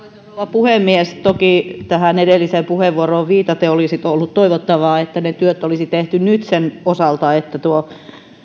puhemies toki tähän edelliseen puheenvuoroon viitaten olisi ollut toivottavaa että ne työt olisi tehty nyt sen osalta että tuo